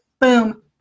Boom